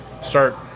start